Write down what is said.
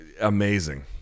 Amazing